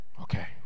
Okay